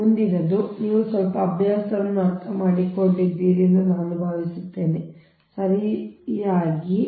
ಆದ್ದರಿಂದ ಮುಂದಿನದು ನೀವು ಸ್ವಲ್ಪ ಅಭ್ಯಾಸವನ್ನು ಅರ್ಥಮಾಡಿಕೊಂಡಿದ್ದೀರಿ ಎಂದು ನಾನು ಭಾವಿಸುತ್ತೇನೆ ಸರಿಯಾದ ಸ್ವಲ್ಪ ತಿಳುವಳಿಕೆ ಅಗತ್ಯ